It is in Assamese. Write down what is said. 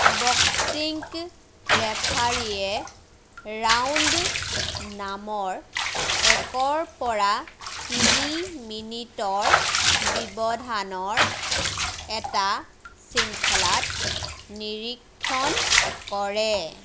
বক্সিংক ৰেফাৰীয়ে ৰাউণ্ড নামৰ একৰ পৰা তিনি মিনিটৰ ব্যৱধানৰ এটা শৃংখলাত নিৰীক্ষণ কৰে